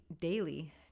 daily